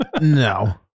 No